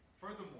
Furthermore